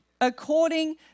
according